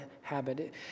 habit